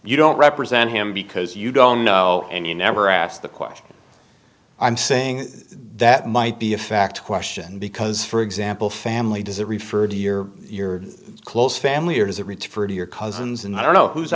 you don't represent him because you don't know and you never asked the question i'm saying that might be a fact question because for example family does it refer to your your close family or does it refer to your cousins and i don't